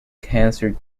cancer